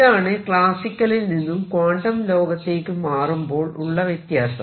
ഇതാണ് ക്ലാസ്സിക്കലിൽ നിന്നും ക്വാണ്ടം ലോകത്തേക്ക് മാറുമ്പോൾ ഉള്ള വ്യത്യാസം